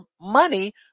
money